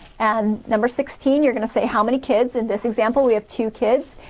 and number sixteen you're gonna say how many kids in this example we have two kids,